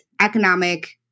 economic